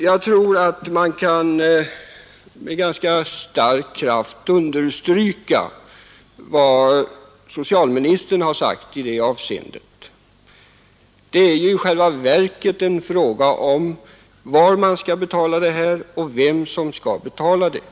Jag tror att man ganska starkt kan understryka vad socialministern har sagt i detta avseende — det är i själva verket en fråga om var läkarbesöket skall betalas och vem som skall göra det.